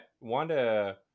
wanda